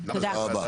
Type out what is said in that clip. תודה רבה.